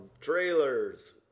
trailers